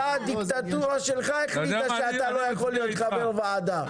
הדיקטטורה שלך החליטה שאתה לא יכול להיות חבר בוועדה.